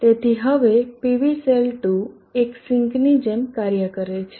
તેથી હવે PV cell 2 એક સિંકની જેમ કાર્ય કરે છે